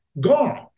gone